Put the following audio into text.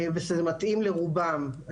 ושזה מתאים לרובם.